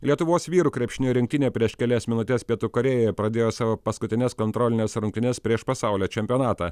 lietuvos vyrų krepšinio rinktinė prieš kelias minutes pietų korėjoje pradėjo savo paskutines kontrolines rungtynes prieš pasaulio čempionatą